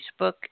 Facebook